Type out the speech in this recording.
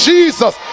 Jesus